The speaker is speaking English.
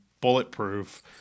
bulletproof